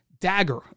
dagger